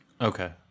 Okay